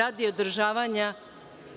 radi održavanja